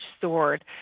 sword